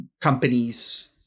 companies